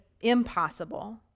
impossible